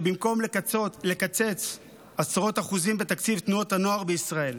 במקום לקצץ עשרות אחוזים בתקציב תנועות הנוער בישראל,